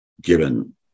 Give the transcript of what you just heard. given